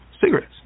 cigarettes